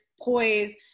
poise